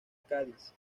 cádiz